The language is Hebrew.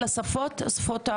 מה קורה שם?